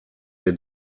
der